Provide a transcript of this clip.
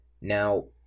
now